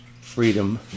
freedom